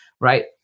right